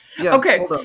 Okay